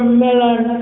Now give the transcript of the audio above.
melon